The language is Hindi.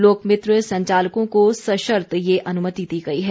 लोकमित्र संचालकों को सशर्त ये अनुमति दी गई है